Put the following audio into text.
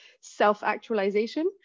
self-actualization